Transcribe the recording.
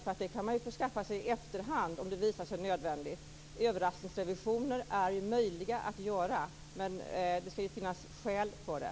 Det kan man skaffa sig i efterhand om det visar sig nödvändigt. Överraskningsrevisioner är möjliga att göra, men det skall finnas skäl för det.